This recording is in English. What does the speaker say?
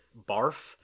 BARF